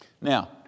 Now